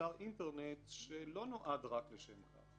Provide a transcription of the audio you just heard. מאתר אינטרנט שלא נועד רק לשם כך.